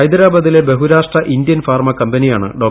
ഹൈദരാബാദിലെ ബഹുരാഷ്ട്ര ഇന്ത്യൻ ഫാർമട് കമ്പനിയാണ് ഡോ